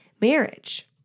marriage